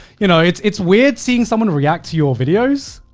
you know, it's it's weird seeing someone react to your videos,